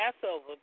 Passover